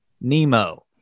Nemo